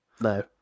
No